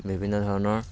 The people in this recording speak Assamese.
বিভিন্ন ধৰণৰ